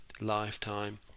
lifetime